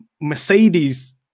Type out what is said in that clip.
Mercedes